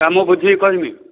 ତ ମୁଁ ବୁଝିକି କହିବି